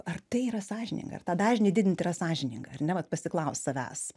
ar tai yra sąžininga ar tą dažnį didint yra sąžininga ar ne vat pasiklaust savęs